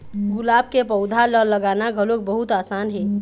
गुलाब के पउधा ल लगाना घलोक बहुत असान हे